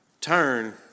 turn